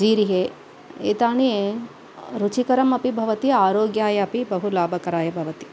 जीरिहे एतानि रुचिकरमपि भवति आरोग्याय अपि बहुलाभकराय भवति